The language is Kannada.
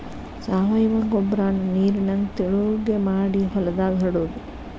ಸಾವಯುವ ಗೊಬ್ಬರಾನ ನೇರಿನಂಗ ತಿಳುವಗೆ ಮಾಡಿ ಹೊಲದಾಗ ಹರಡುದು